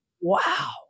wow